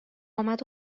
آمد